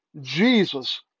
Jesus